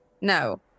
No